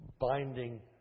binding